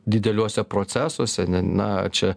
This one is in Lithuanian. dideliuose procesuose na čia